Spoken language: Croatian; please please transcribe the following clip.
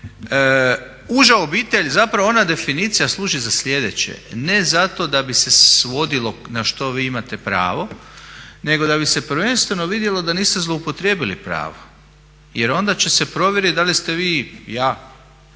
Uža obitelj, zapravo ona definicija služi za sljedeće, ne zato da bi se svodilo na što vi imate pravo nego da bi se prvenstveno vidjelo da niste zloupotrijebili pravo jer onda će se provjeriti da li ste vi, ja,